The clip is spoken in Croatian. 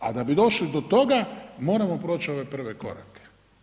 A da bi došli do toga moramo proći ove prve korake.